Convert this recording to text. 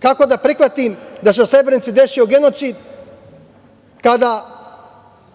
Kako da prihvatim da se u Srebrenici desio genocid, kada